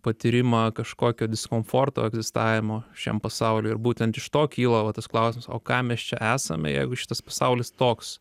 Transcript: patyrimą kažkokio diskomforto egzistavimo šiam pasauliui ir būtent iš to kyla va tas klausimas o kam mes čia esame jeigu šitas pasaulis toks